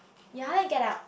ya I like Get Out